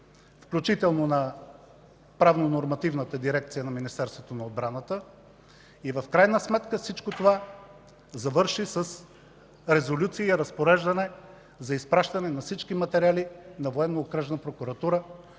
включително на Правно-нормативната дирекция на Министерството на отбраната и в крайна сметка всичко това завърши с резолюция и разпореждане за изпращане на всички материали на